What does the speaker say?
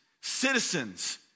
citizens